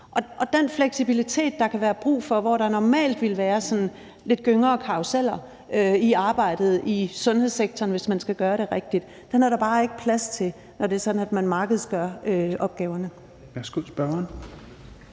Og den fleksibilitet, der kan være brug for, hvor der normalt ville være sådan lidt gynger og karruseller i arbejdet i sundhedssektoren, hvis man gør det rigtigt, er der bare ikke plads til, når det er sådan, at man markedsgør opgaverne. Kl. 11:07 Fjerde